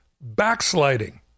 backsliding